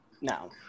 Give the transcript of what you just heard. no